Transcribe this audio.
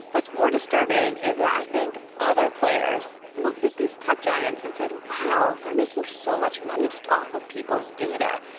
what's more disturbing is that i think other players looked at these tech giants and said, wow, they're making so much money just off of people's data.